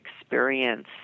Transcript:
experience